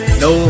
no